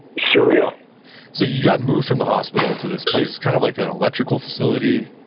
surreal so you got moved from the hospital to this place, it's kind of like an electrical facility.